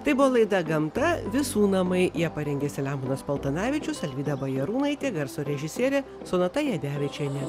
tai buvo laida gamta visų namai ją parengė selemonas paltanavičius alvyda bajarūnaitė garso režisierė sonata jadevičienė